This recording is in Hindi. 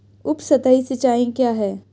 उपसतही सिंचाई क्या है?